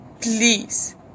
please